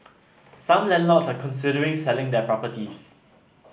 some landlords are considering selling their properties